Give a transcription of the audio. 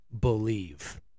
believe